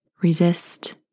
resist